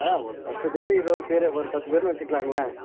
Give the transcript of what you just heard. ஆ ஒரு பத்து பேர் இருபது பேர் ஒரு பத்து பேருன்னு வச்சுக்கிலாங்களே